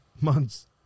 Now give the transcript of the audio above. months